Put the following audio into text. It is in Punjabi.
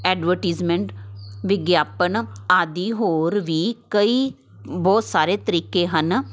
ਐਡਵਰਟੀਜ਼ਮੈਂਟ ਵਿਗਿਆਪਨ ਆਦਿ ਹੋਰ ਵੀ ਕਈ ਬਹੁਤ ਸਾਰੇ ਤਰੀਕੇ ਹਨ